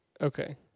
Okay